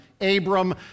Abram